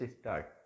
start